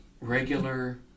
regular